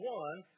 one